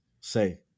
say